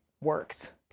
works